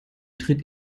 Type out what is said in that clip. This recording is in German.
dreht